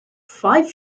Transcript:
five